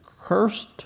cursed